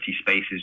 spaces